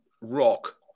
rock